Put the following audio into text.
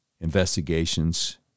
investigations